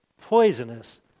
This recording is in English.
poisonous